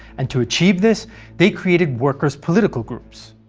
and to achieve this they created workers' political groups.